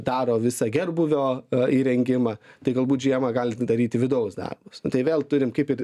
daro visą gerbūvio įrengimą tai galbūt žiemą gali daryti vidaus darbus tai vėl turim kaip ir